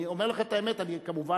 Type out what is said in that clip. אני אומר לכם את האמת, אני כמובן